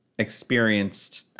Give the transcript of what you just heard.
Experienced